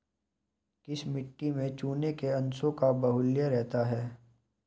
किस मिट्टी में चूने के अंशों का बाहुल्य रहता है?